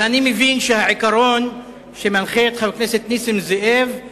אבל אני מבין שהעיקרון שמנחה את חבר הכנסת נסים זאב הוא